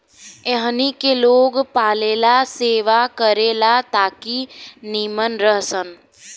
एहनी के लोग पालेला सेवा करे ला ताकि नीमन रह सन